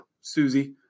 Susie